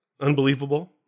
Unbelievable